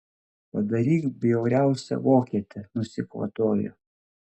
padaryk bjauriausią vokietę nusikvatojo